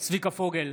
צביקה פוגל,